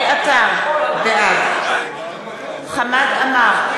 בעד חמד עמאר,